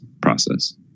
process